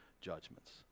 judgments